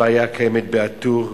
הבעיה קיימת בא-טור,